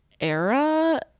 era